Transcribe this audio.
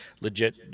legit